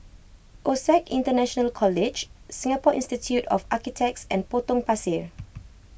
O set International College Singapore Institute of Architects and Potong Pasir